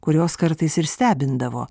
kurios kartais ir stebindavo